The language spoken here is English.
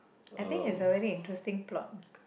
I think it's a very interesting plot